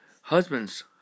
husbands